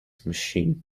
machine